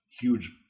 huge